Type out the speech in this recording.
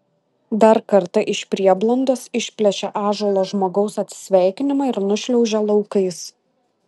dar kartą iš prieblandos išplėšia ąžuolo žmogaus atsisveikinimą ir nušliaužia laukais